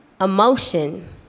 emotion